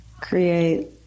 Create